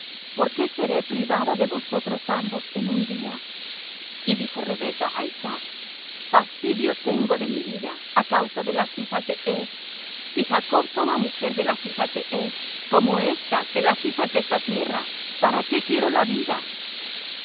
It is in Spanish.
por qué seré privada de vosotros ambos en un día y dijo rebeca á isaac fastidio tengo de mi vida á causa de las hijas de heth si jacob toma mujer de las hijas de heth como éstas de las hijas de esta tierra para qué quiero la vida